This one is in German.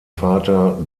vater